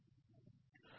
পুনরাবৃত্তি কী